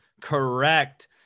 correct